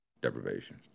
deprivation